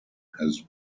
has